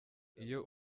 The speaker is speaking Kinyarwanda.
iyo